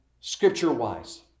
Scripture-wise